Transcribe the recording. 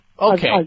okay